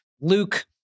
Luke